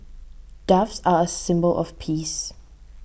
doves are a symbol of peace